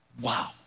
Wow